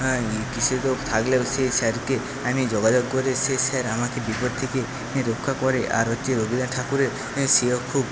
থাকলেও সেই স্যারকে আমি যোগাযোগ করে সেই স্যার আমাকে বিপদ থেকে রক্ষা করে আর হচ্ছে রবীন্দ্রনাথ ঠাকুরের